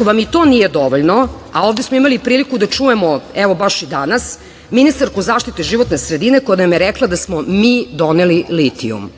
vam ni to nije dovoljno, a ovde smo imali priliku da čujemo, baš danas, ministarku zaštite životne sredine koja nam je rekla da smo mi doneli litijum,